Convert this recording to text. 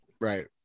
Right